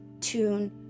tune